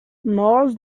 nós